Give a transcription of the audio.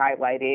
highlighted